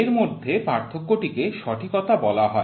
এর মধ্যে পার্থক্যটিকে সঠিকতা বলা হয়